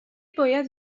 باید